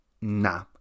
Nah